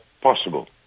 possible